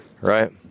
right